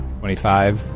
25